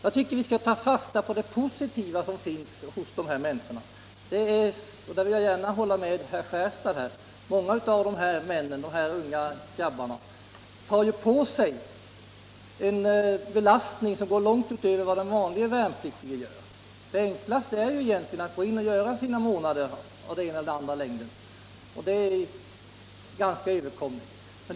Vi bör, menar jag, ta fasta på det positiva. Många av dessa unga grabbar tar på sig en börda som är mycket tyngre än den som vanliga värnpliktiga får bära. Det enklaste är ju egentligen att göra sina månader — det är ganska överkomligt.